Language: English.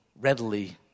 readily